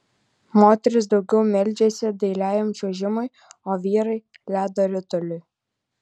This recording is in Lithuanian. moterys daugiau meldžiasi dailiajam čiuožimui o vyrai ledo rituliui